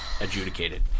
adjudicated